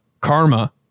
Karma